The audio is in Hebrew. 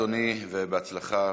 תודה, אדוני, ובהצלחה.